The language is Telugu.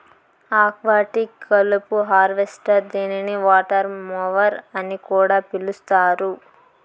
ఆక్వాటిక్ కలుపు హార్వెస్టర్ దీనిని వాటర్ మొవర్ అని కూడా పిలుస్తారు